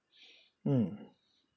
mm